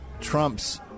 Trump's